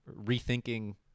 rethinking